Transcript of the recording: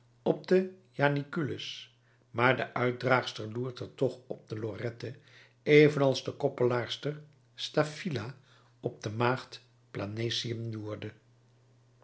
op den janiculus maar de uitdraagster loert er toch op de lorette evenals de koppelaarster staphyla op de maagd planesium